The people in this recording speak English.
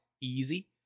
easy